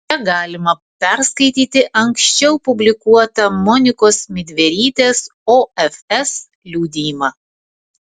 čia galite perskaityti anksčiau publikuotą monikos midverytės ofs liudijimą